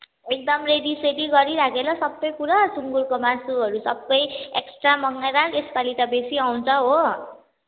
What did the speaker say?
एकदम रेडीसेडी गरी राखेँ ल सबै कुरा सुङ्गुरको मासुहरू सबै एक्स्ट्रा मगाइराख् यसपालि त बेसी आउँछ हो